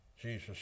Jesus